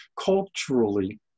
Culturally